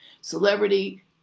Celebrity